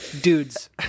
dudes